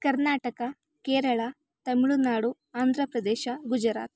Karnataka Kerala Tamil Nadu Andhra Pradesh Gujarat